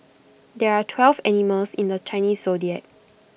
there are twelve animals in the Chinese Zodiac